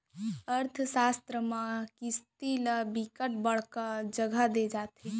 अर्थसास्त्र म किरसी ल बिकट बड़का जघा दे जाथे